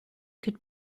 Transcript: could